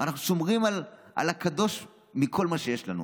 אנחנו שומרים על הקדוש מכל מה שיש לנו.